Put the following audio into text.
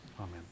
Amen